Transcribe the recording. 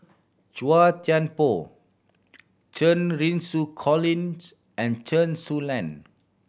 Chua Thian Poh Cheng Xinru Colin and Chen Su Lan